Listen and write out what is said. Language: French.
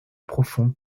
profondes